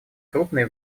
крупной